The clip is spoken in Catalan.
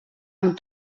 amb